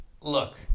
Look